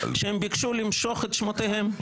שהם ביקשו למשוך את שמותיהם.